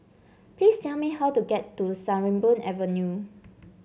please tell me how to get to Sarimbun Avenue